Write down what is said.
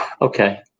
okay